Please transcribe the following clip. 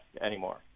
anymore